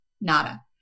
nada